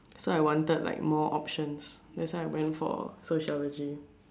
so I wanted like more options that's why I went for sociology